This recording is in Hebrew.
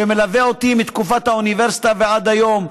שמלווה אותי מתקופת האוניברסיטה ועד היום,